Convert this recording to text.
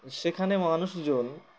সেখানে মানুষজন